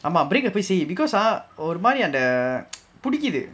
ஆமா:aamaa break ah போய் செய்:poi sei because ah ஒரு மாரி அந்த:oru maari antha புடிக்குது:pudikkuthu